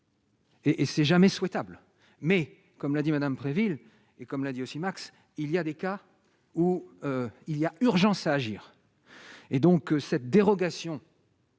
et ce jamais souhaitable, mais comme l'a dit Madame très ville et comme l'a dit aussi Max il y a des cas où il y a urgence à agir et donc cette dérogation.